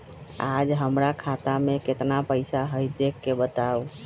आज हमरा खाता में केतना पैसा हई देख के बताउ?